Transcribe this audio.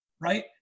right